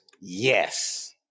yes